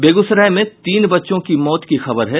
बेगूसराय में तीन बच्चों की मौत की खबर है